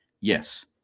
Yes